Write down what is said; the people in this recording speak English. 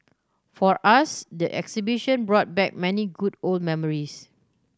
for us the exhibition brought back many good old memories